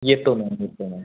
येतो मॅम येतो मॅम